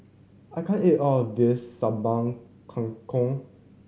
I can't eat all of this Sambal Kangkong